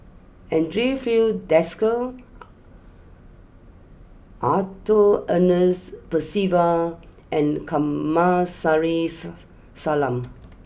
Andre Filipe Desker Arthur Ernest Percival and Kamsari's Salam